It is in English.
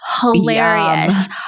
hilarious